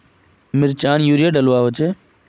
मिर्चान यूरिया डलुआ होचे?